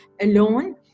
alone